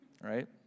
Right